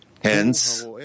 Hence